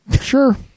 Sure